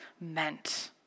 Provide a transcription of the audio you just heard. meant